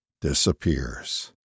disappears